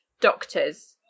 doctors